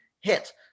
hit